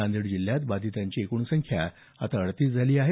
नांदेड जिल्ह्यात बाधितांची एकूण संख्या अडतीस झाली आहे